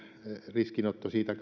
riskinotto siitä